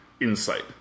insight